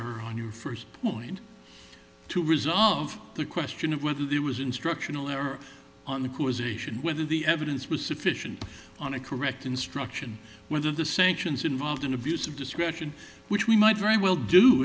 her on your first point to resolve the question of whether there was instructional error on the coup was a should whether the evidence was sufficient on a correct instruction whether the sanctions involved in abuse of discretion which we might very well do